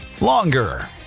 longer